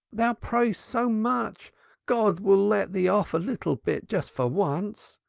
thou prayest so much god will let thee off a little bit just for once.